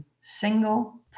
single